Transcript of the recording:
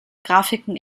graphiken